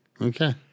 Okay